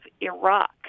Iraq